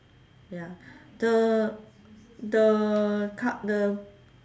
ya the the car the